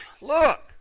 Look